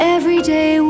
Everyday